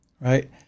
right